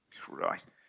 Christ